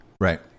Right